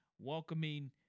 welcoming